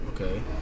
Okay